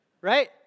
right